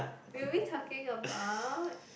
we'll be talking about